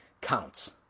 counts